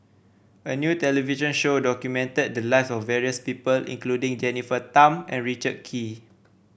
a new television show documented the lives of various people including Jennifer Tham and Richard Kee